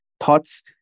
thoughts